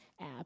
app